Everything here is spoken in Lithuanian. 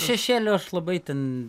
šešėlių aš labai ten